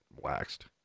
waxed